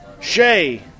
Shay